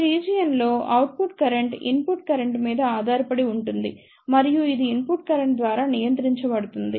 ఈ రీజియన్ లో output current input current మీద ఆధారపడి ఉంటుంది మరియు ఇది ఇన్పుట్ కరెంట్ ద్వారా నియంత్రించబడుతుంది